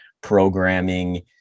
programming